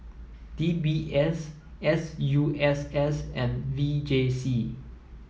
D B S S U S S and V J C